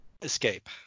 escape